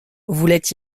voulait